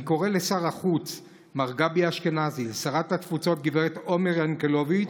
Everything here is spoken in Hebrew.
אני קורא לשר החוץ מר גבי אשכנזי ולשרת התפוצות הגב' עומר ינקלביץ',